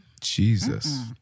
Jesus